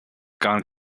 gone